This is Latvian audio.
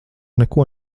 neko